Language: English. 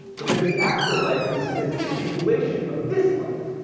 because the afterlife was seen as a continuation of this life,